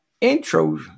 intro